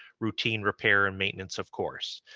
routine repair and maintenance, of course,